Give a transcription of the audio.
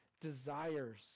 desires